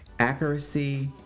Accuracy